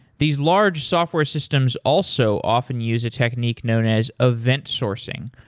these large software systems also often use a technique known as event sourcing,